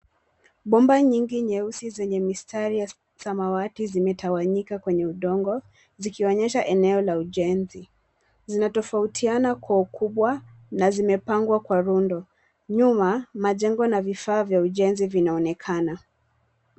Bomba nyingi nyeusi zenye mistari ya samawati zimetawanyika kwenye udongo zikionyesha eneo la ujenzi. Zimetofautiana kwa ukubwa na zimepangwa kwa rundo. Nyuma majengo na vifaa vya ujenzi vinaonekana.